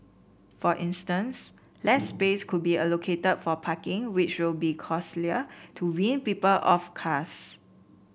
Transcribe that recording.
for instance less space could be allocated for parking which will be costlier to wean people off cars